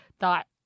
thought